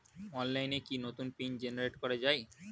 অনলাইনে কি নতুন পিন জেনারেট করা যায়?